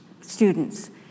students